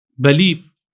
belief